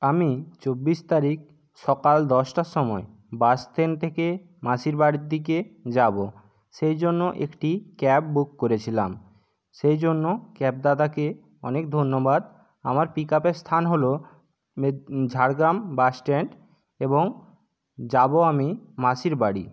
আমি চব্বিশ তারিখ সকাল দশটার সময় বাস স্ট্যান্ড থেকে মাসির বাড়ির দিকে যাব সেই জন্য একটি ক্যাব বুক করেছিলাম সেই জন্য ক্যাবদাদাকে অনেক ধন্যবাদ আমার পিক আপের স্থান হল ঝাড়গ্রাম বাস স্ট্যান্ড এবং যাব আমি মাসির বাড়ি